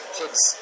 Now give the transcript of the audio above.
kids